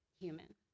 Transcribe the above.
human